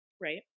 Right